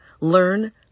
learn